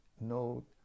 no